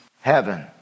heaven